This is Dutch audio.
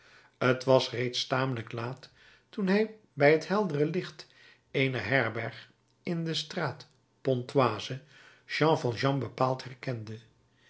t was reeds tamelijk laat toen hij bij het heldere licht eener herberg in de straat pontoise jean valjean bepaald herkende